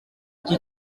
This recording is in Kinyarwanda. iki